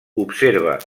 observa